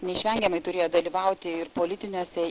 neišvengiamai turėjo dalyvauti ir politiniuose